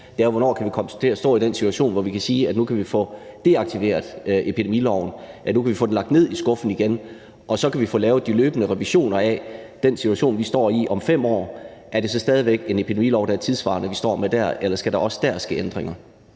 er, hvornår vi kommer til at stå i den situation, hvor vi kan sige, at vi nu kan få deaktiveret epidemiloven og få den lagt ned i skuffen igen, og så kan få lavet de løbende revisioner af den situation, vi står i om 5 år: Er det så stadig væk en tidssvarende epidemilov, vi står med, eller skal der også dér ske ændringer?